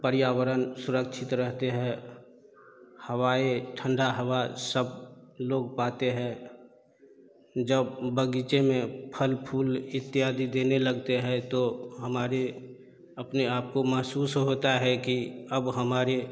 पर्यावरण सुरक्षित रहते हैं हवाएँ ठण्डा हवा सब लोग पाते हैं जब बगीचे में फल फूल इत्यादि देने लगते हैं तो हमारे अपने आप को महसूस होता है कि अब हमारे